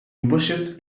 überschrift